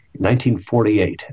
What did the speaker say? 1948